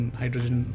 hydrogen